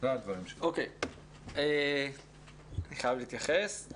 אני חייב להתייחס.